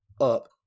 up